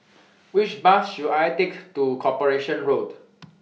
Which Bus should I Take to Corporation Road